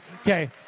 Okay